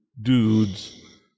dudes